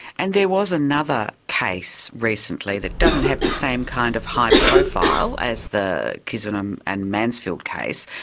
and there was another case recently that doesn't have the same kind of high profile as the kizon um and mansfield case.